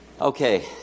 Okay